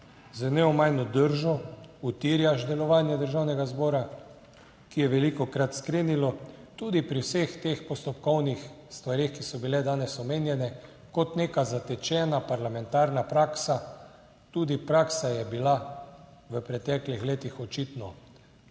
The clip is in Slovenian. z neomajno držo utirjaš delovanje Državnega zbora, ki je velikokrat skrenilo, tudi pri vseh teh postopkovnih stvareh, ki so bile danes omenjene, kot neka zatečena parlamentarna praksa. Tudi praksa je bila v preteklih letih očitno